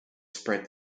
spread